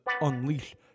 Unleash